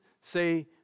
say